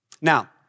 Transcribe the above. Now